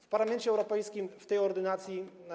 W Parlamencie Europejskim w tej ordynacji.